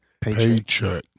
Paycheck